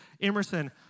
Emerson